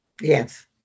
Yes